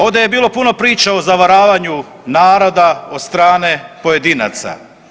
Ovdje je bilo puno priče o zavaravanju naroda od strane pojedinaca.